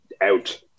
out